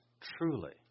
truly